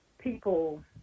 People